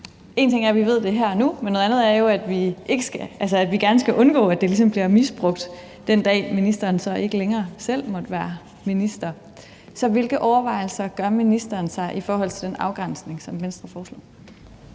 en ting er, at vi ved det her og nu, men noget andet er jo, at vi gerne skal undgå, at det ligesom bliver misbrugt, den dag ministeren så ikke længere selv måtte være minister. Så hvilke overvejelser gør ministeren sig i forhold til den afgrænsning, som Venstre foreslog?